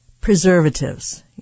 preservatives